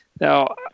Now